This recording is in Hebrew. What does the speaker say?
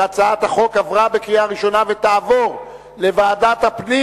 התש"ע 2010, לוועדת הפנים